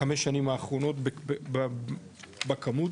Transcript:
בחמש שנים האחרונות, בכמות.